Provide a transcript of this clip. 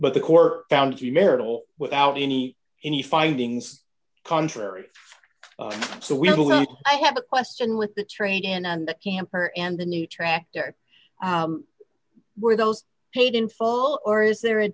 but the core found the marital without any any findings contrary so we have i have a question with the trade in on the camper and the new tractor were those paid in full or is there a